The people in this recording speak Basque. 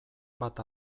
bat